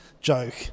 joke